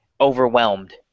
overwhelmed